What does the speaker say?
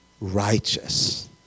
righteous